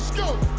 go!